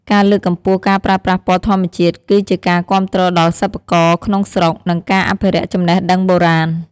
ការលើកកម្ពស់ការប្រើប្រាស់ពណ៌ធម្មជាតិ គឺជាការគាំទ្រដល់សិប្បករក្នុងស្រុក និងការអភិរក្សចំណេះដឹងបុរាណ។